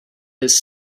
his